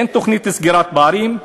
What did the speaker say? אין תוכנית לסגירת פערים,